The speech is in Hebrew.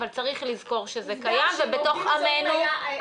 כולם היו ישראלים.